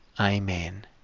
Amen